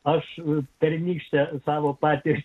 aš visą pernykštę savo patirtį